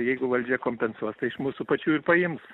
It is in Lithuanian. jeigu valdžia kompensuos tai iš mūsų pačių ir paims